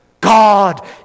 God